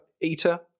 Eater